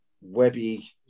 webby